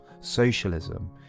socialism